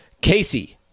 Casey